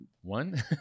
One